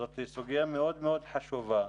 זאת סוגיה מאוד חשובה,